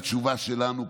התשובה שלנו,